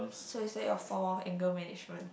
so is that your form of anger management